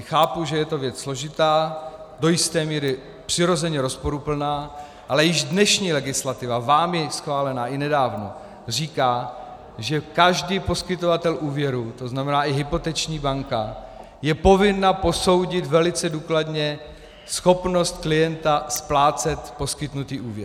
Chápu, že je to věc složitá, do jisté míry přirozeně rozporuplná, ale již dnešní legislativa, vámi schválená nedávno, říká, že každý poskytovatel úvěru, to znamená i hypoteční banka, je povinen posoudit velice důkladně schopnost klienta splácet poskytnutý úvěr.